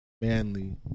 manly